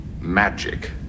magic